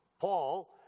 Paul